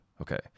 okay